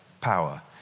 power